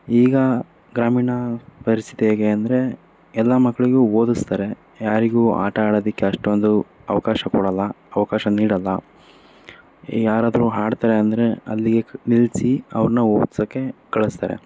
ಈಗ ಗ್ರಾಮೀಣ ಪರಿಸ್ಥಿತಿ ಹೇಗೆ ಅಂದರೆ ಎಲ್ಲ ಮಕ್ಳಿಗೂ ಓದಿಸ್ತಾರೆ ಯಾರಿಗೂ ಆಟ ಆಡೋದಿಕ್ಕೆ ಅಷ್ಟೊಂದು ಅವಕಾಶ ಕೊಡಲ್ಲ ಅವಕಾಶ ನೀಡಲ್ಲ ಯಾರಾದರೂ ಆಡ್ತಾರಂದರೆ ಅಲ್ಲಿಗೆ ನಿಲ್ಲಿಸಿ ಅವ್ರನ್ನ ಓದ್ಸಕ್ಕೆ ಕಳಿಸ್ತಾರೆ